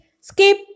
skip